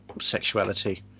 sexuality